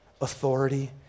authority